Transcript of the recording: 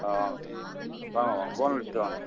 ஆ வாங்க சார் வாங்க வாங்க ஃபோன் அடித்துட்டு வாங்க